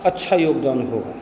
अच्छा योगदान होगा